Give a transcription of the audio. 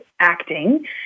acting